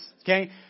okay